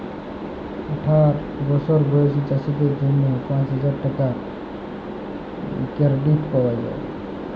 আঠার বসর বয়েসী চাষীদের জ্যনহে পাঁচ হাজার টাকার কেরডিট পাউয়া যায়